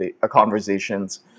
conversations